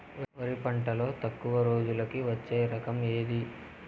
వరి పంటలో తక్కువ రోజులకి వచ్చే రకం ఏది?